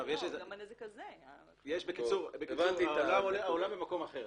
העולם במקום אחר.